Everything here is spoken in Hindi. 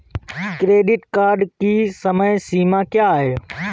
क्रेडिट कार्ड की समय सीमा क्या है?